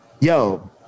Yo